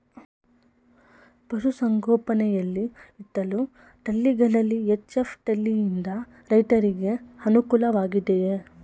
ಪಶು ಸಂಗೋಪನೆ ಯಲ್ಲಿ ಇಟ್ಟಳು ತಳಿಗಳಲ್ಲಿ ಎಚ್.ಎಫ್ ತಳಿ ಯಿಂದ ರೈತರಿಗೆ ಅನುಕೂಲ ವಾಗಿದೆಯೇ?